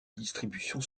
distribution